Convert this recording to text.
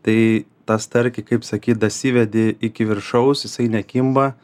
tai tą starkį kaip sakyt dasivedi iki viršaus jisai nekimba